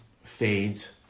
fades